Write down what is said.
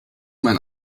mein